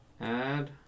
Add